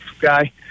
guy